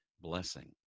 blessing